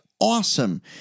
awesome